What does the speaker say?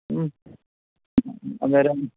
ഉം അന്നേരം